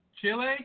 Chile